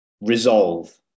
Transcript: resolve